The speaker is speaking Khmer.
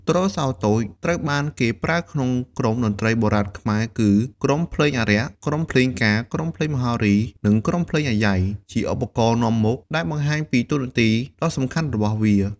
ទ្រសោតូច ត្រូវបានគេប្រើក្នុងក្រុមតន្ត្រីបុរាណខ្មែរគឺ ក្រុមភ្លេងអារក្ស ក្រុមភ្លេងការ ក្រុមភ្លេងមហោរី និងក្រុមភ្លេងអាយ៉ៃ ជាឧបករណ៍នាំមុខ ដែលបង្ហាញពីតួនាទីដ៏សំខាន់របស់វា។